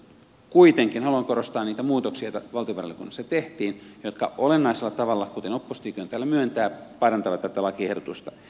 kuitenkin haluan korostaa niitä muutoksia joita valtiovarainvaliokunnassa tehtiin jotka olennaisella tavalla kuten oppositiokin täällä myöntää parantavat tätä lakiehdotusta